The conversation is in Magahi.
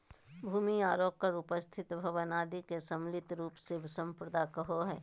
भूमि आर ओकर उपर स्थित भवन आदि के सम्मिलित रूप से सम्पदा कहो हइ